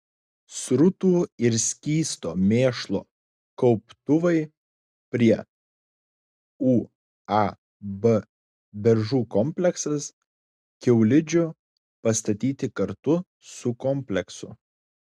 srutų ir skysto mėšlo kauptuvai prie uab beržų kompleksas kiaulidžių pastatyti kartu su kompleksu